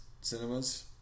cinemas